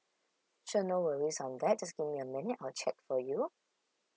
sure no worries on that just give me a minute I'll check for you